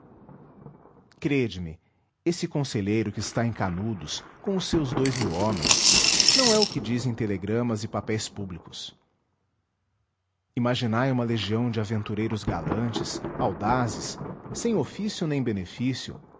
crede me esse conselheiro que está em canudos com os seus dous mil homens não é o que dizem telegramas e papéis públicos imaginai uma legião de aventureiros galantes audazes sem ofício nem benefício